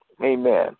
Amen